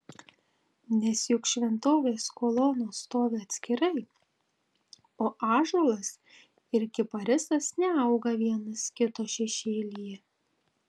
nes juk šventovės kolonos stovi atskirai o ąžuolas ir kiparisas neauga vienas kito šešėlyje